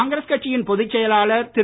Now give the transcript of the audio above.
காங்கிரஸ் கட்சியின் பொதுச்செயலாளர் திரு